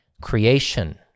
creation